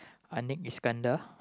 Annick-Iskandar